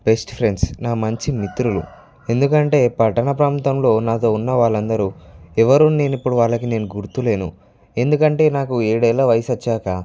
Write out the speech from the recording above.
best friends నా మంచి మిత్రులు ఎందుకంటే పట్టణ ప్రాంతంలో నాతో ఉన్న వాళ్ళందరూ ఎవరు నేను ఇప్పుడు వాళ్ళకి నేను గుర్తు లేను ఎందుకంటే నాకు ఏడేళ్ళ వయసు వచ్చాక